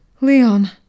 Leon